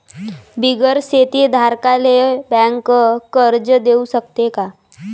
बिगर शेती धारकाले बँक कर्ज देऊ शकते का?